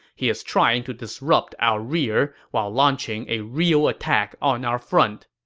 he is trying to disrupt our rear while launching a real attack on our front.